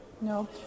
No